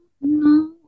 No